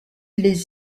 les